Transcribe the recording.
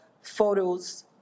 photos